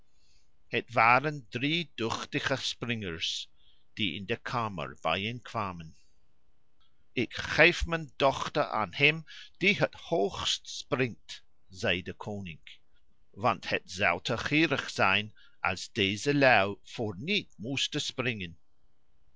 het waren drie duchtige springers die in de kamer bijeenkwamen ik geef mijn dochter aan hem die het hoogst springt zei de koning want het zou te gierig zijn als deze lui voor niet moesten springen